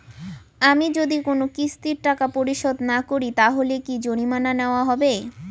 আমি যদি কোন কিস্তির টাকা পরিশোধ না করি তাহলে কি জরিমানা নেওয়া হবে?